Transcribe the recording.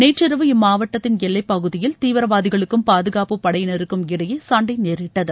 நேற்றிரவு இம்மாவட்டத்தின் எல்லைப்பகுதியில் தீவிரவாதிகளுக்கும் பாதுகாப்பு படையினருக்கும்இடையே சண்டை நேரிட்டது